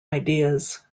ideas